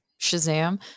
Shazam